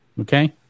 Okay